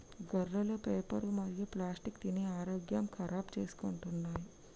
గొర్రెలు పేపరు మరియు ప్లాస్టిక్ తిని ఆరోగ్యం ఖరాబ్ చేసుకుంటున్నయ్